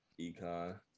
Econ